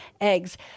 eggs